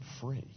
free